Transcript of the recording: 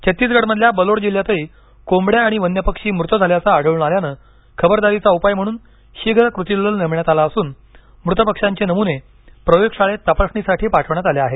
छत्तीसगडमधल्या बलोड जिल्ह्यातही कोंबड्या आणि वन्य पक्षी मृत झाल्याचं आढळून आल्यानं खबरदारीचा उपाय म्हणून शीघ्र कृती दल नेमण्यात आलं असून मृत पक्षांचे नमुने प्रयोगशाळेत तपासणीसाठी पाठवण्यात आले आहेत